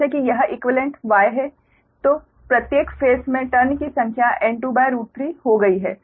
जैसे की यह इक्वीवेलेंट Y है जो प्रत्येक फेस में टर्न की संख्या N23 हो गई है